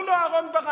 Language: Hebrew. מה אמר בגין?